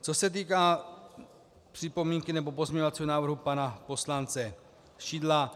Co se týká připomínky nebo pozměňovacího návrhu pana poslance Šidla.